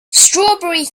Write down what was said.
strawberry